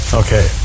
okay